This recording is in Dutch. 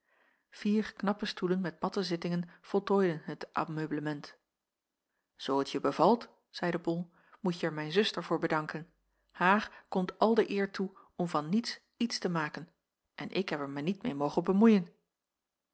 vier knappe stoelen met matten zittingen voltooiden het ameublement zoo het je bevalt zeide bol moetje er mijn zuster voor bedanken haar komt al de eer toe om van niets iets te maken en ik heb er mij niet meê mogen bemoeien